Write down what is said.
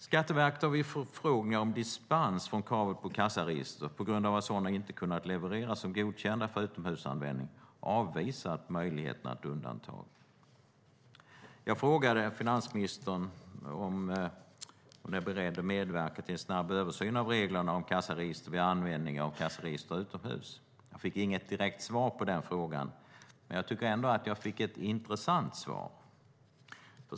Skatteverket har vid förfrågningar om dispens från kravet på kassaregister, på grund av att sådana som är godkända för utomhusanvändning inte kunnat levereras, avvisat möjligheterna till undantag. Jag frågade finansministern om hon är beredd att medverka till en snabb översyn av reglerna om kassaregister vid användning av kassaregister utomhus. Jag fick inget direkt svar på den frågan. Men jag tycker ändå att jag fick ett intressant svar.